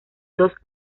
dos